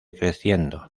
creciendo